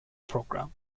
program